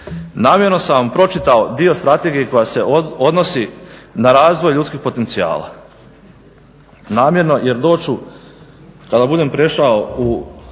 Namjerno sam vam pročitao dio strategije koja se odnosi na razvoj ljudskih potencijala. Namjerno jer doći ću kada budem prešao u